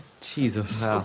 Jesus